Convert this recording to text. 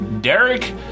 Derek